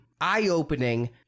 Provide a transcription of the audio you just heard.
eye-opening